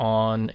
on